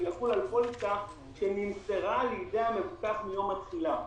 והוא יחול על פוליסה שנמסרה לידי המבוטח מיום התחילה.